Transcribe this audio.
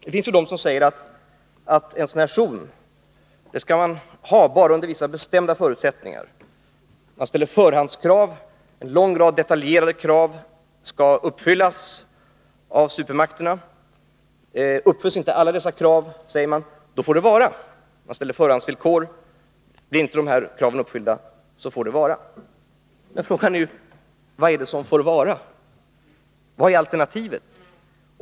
Det finns de som säger att man skall upprätta en sådan zon bara under vissa bestämda förutsättningar. Man ställer förhandskrav; en lång rad detaljerade krav skall uppfyllas av supermakterna. Man ställer förhandsvill kor: Blir inte de här kraven uppfyllda, så får det vara! Jag frågar nu: Vad är det som får vara? Vad är alternativet?